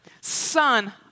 son